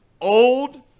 old